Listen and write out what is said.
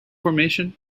formation